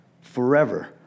forever